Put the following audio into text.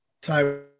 Taiwan